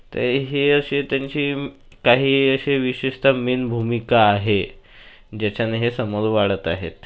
तर हे असे त्यांची काही अशे विशिष्ट मेन भूमिका आहे ज्याच्याने हे समोर वाढत आहेत